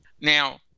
Now